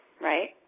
right